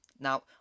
Now